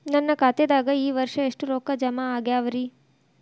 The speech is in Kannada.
ನನ್ನ ಖಾತೆದಾಗ ಈ ವರ್ಷ ಎಷ್ಟು ರೊಕ್ಕ ಜಮಾ ಆಗ್ಯಾವರಿ?